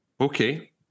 Okay